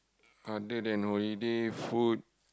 other than holiday food